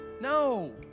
No